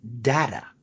data